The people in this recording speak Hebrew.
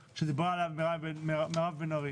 שדיברה עליו חברת הכנסת בן ארי